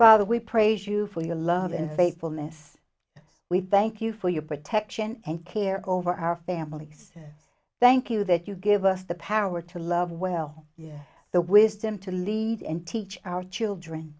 by the we praise you for your love and faithfulness we thank you for your protection and care over our families thank you that you give us the power to love well yes the wisdom to lead and teach our children